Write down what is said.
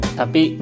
tapi